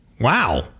Wow